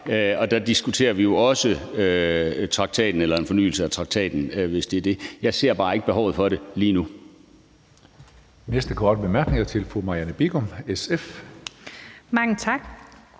og der diskuterer vi jo også traktaten eller en eventuel fornyelse af traktaten. Jeg ser bare ikke behovet for det lige nu.